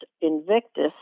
Invictus